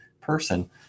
person